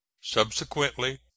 Subsequently